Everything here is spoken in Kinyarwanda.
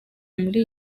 muri